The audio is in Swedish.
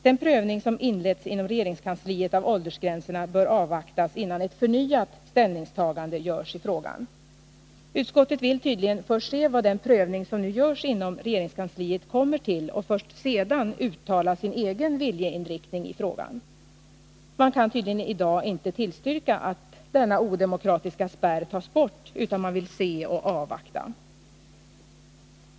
Den prövning som inletts inom regeringskansliet av åldersgränserna bör avvaktas innan ett förnyat ställningstagande görs i frågan.” Utskottet vill tydligen först se vad den prövning som nu görs inom regeringskansliet kommer att leda till och först sedan uttala sin egen viljeinriktning i frågan. Man kan tydligen i dag inte tillstyrka att denna odemokratiska spärr tas bort, utan man vill avvakta och se.